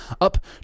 Up